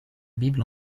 bible